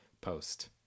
post